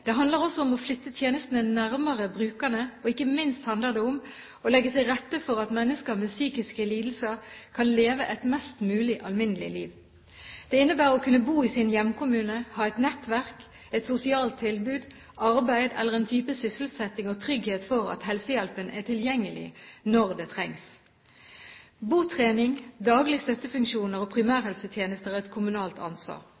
Det handler også om å flytte tjenestene nærmere brukerne, og ikke minst handler det om å legge til rette for at mennesker med psykiske lidelser kan leve et mest mulig alminnelig liv. Det innebærer å kunne bo i sin hjemkommune, ha et nettverk, et sosialt tilbud, arbeid eller en type sysselsetting og trygghet for at helsehjelpen er tilgjengelig når det trengs. Botrening, daglige støttefunksjoner og primærhelsetjenester er et kommunalt ansvar.